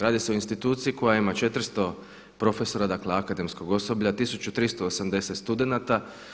Radi se o instituciji koja ima 400 profesora, dakle akademskog osoblja, 1380 studenata.